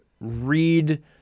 read